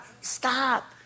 Stop